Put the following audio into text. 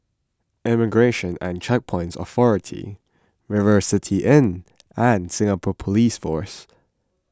Immigration and Checkpoints Authority River City Inn and Singapore Police Force